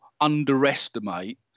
underestimate